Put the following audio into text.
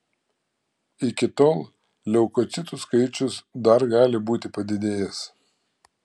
iki tol leukocitų skaičius dar gali būti padidėjęs